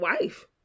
wife